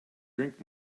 drink